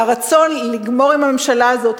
והרצון לגמור עם הממשלה הזאת,